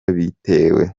bitewe